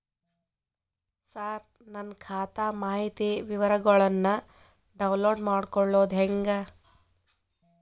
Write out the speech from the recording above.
ಸರ ನನ್ನ ಖಾತಾ ಮಾಹಿತಿ ವಿವರಗೊಳ್ನ, ಡೌನ್ಲೋಡ್ ಮಾಡ್ಕೊಳೋದು ಹೆಂಗ?